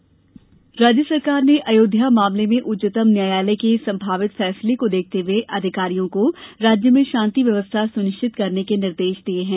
अयोध्या शान्ति व्यवस्था राज्य सरकार ने अयोध्या मामले में उच्चतम न्यायालय के संभावित फैसले को देखते हुए अधिकारियों को राज्य में शान्ति व्यवस्था सुनिश्चित करने के निर्देश दिये हैं